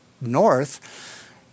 north